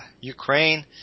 Ukraine